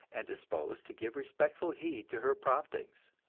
and disposed to give respectful heed to her promptings.